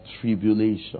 tribulation